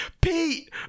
Pete